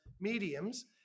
mediums